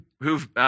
who've